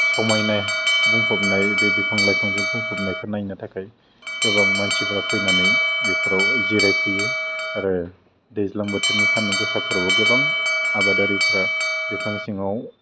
समायनाय बुंफबनाय बे बिफां लाइफांजों बुंफबनायखौ नायनो थाखाय गोबां मानसिफ्रा फैनानै बेफ्राव जिराय फैयो आरो दैज्लां बोथोरनि सानदुं गोसाफ्राव गोबां आबादारिफ्रा बिफां सिङाव